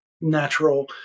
natural